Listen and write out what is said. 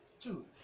two